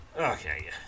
Okay